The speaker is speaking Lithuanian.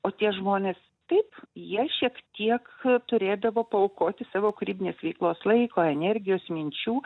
o tie žmonės taip jie šiek tiek turėdavo paaukoti savo kūrybinės veiklos laiko energijos minčių